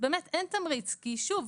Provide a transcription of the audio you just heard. באמת אין תמריץ כי שוב,